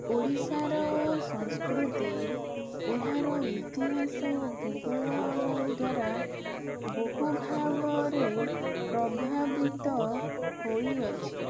ଓଡ଼ିଶାର ସଂସ୍କୃତି ଏହାର ଇତିହାସ ଓ ଭୂଗୋଳ ଦ୍ୱାରା ବହୁଭାବରେ ପ୍ରଭାବିତ ହୋଇଅଛି